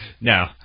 No